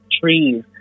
trees